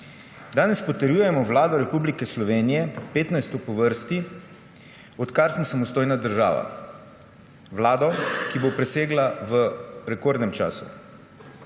Danes potrjujemo vlado Republike Slovenije, 15. po vrsti, odkar smo samostojna država. Vlado, ki bo prisegla v rekordnem času.